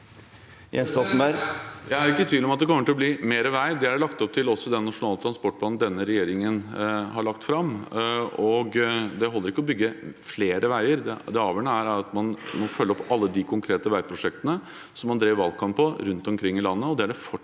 Jeg er ikke tvil om at det kommer til å bli mer vei. Det er det også lagt opp til i den nasjonale transportplanen denne regjeringen har lagt fram. Men det holder ikke å bygge flere veier. Det avgjørende er at man må følge opp alle de konkrete veiprosjektene som man drev valgkamp på rundt omkring i landet,